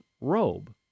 robe